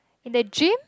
in the dream